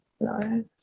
no